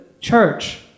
church